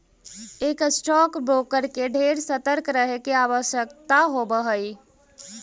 एक stock broker के ढेर सतर्क रहे के आवश्यकता होब हई